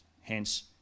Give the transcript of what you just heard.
Hence